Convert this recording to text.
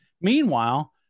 Meanwhile